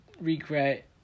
regret